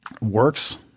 works